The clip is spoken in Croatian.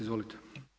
Izvolite.